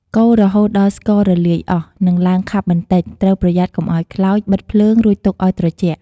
កូររហូតដល់ ស្កររលាយអស់ និងឡើងខាប់បន្តិច ត្រូវប្រយ័ត្នកុំឲ្យខ្លោច បិទភ្លើង រួចទុកឲ្យត្រជាក់។